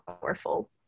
powerful